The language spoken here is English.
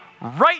right